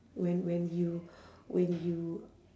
when when you when you